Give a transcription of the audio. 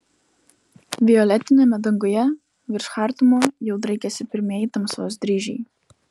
violetiniame danguje virš chartumo jau draikėsi pirmieji tamsos dryžiai